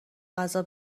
غذا